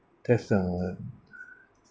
that's uh